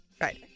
Right